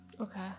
Okay